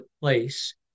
place